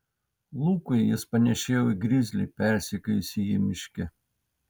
lukui jis panėšėjo į grizlį persekiojusį jį miške